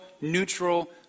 neutral